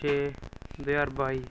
छे दो ज्हार बाई